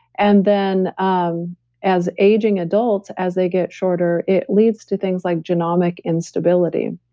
and then um as aging adults, as they get shorter, it leads to things like genomic instability,